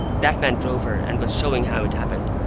that man drove her, and was showing how it happened.